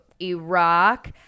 Iraq